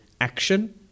action